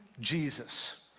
Jesus